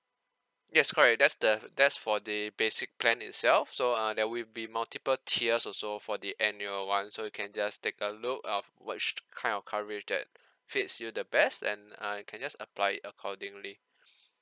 yes correct that's the that's for the basic plan itself so uh that will be multiple tiers also for the annual one so you can just take a look of which kind of coverage that fits you the best and uh you can just apply it accordingly